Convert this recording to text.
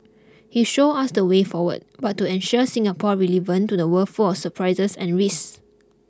he showed us the way forward how to ensure Singapore's relevance to the world full of surprises and risks